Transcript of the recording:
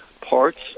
parts